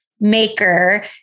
maker